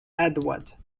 edward